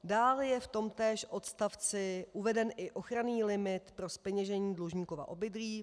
Dále je v tomtéž odstavci uveden i ochranný limit pro zpeněžení dlužníkova obydlí.